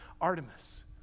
Artemis